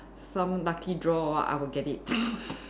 some lucky draw I will get it